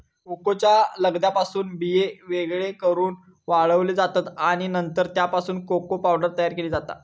कोकोच्या लगद्यापासून बिये वेगळे करून वाळवले जातत आणि नंतर त्यापासून कोको पावडर तयार केली जाता